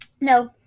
No